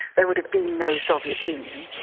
there would have been no soviet union,